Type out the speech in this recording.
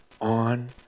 on